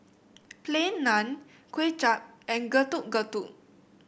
Plain Naan Kuay Chap and Getuk Getuk